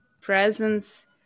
presence